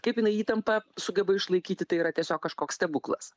kaip jinai įtampą sugeba išlaikyti tai yra tiesiog kažkoks stebuklas